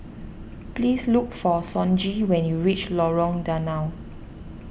please look for Sonji when you reach Lorong Danau